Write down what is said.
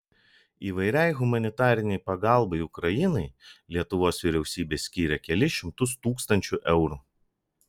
įvairiai humanitarinei pagalbai ukrainai lietuvos vyriausybė skyrė kelis šimtus tūkstančių eurų